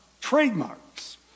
trademarks